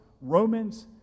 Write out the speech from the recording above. Romans